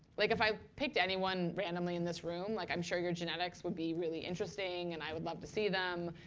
like if i picked anyone randomly in this room, like i'm sure your genetics would be really interesting, and i would love to see them.